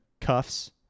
cuffs